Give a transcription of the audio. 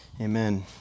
Amen